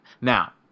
Now